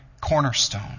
cornerstone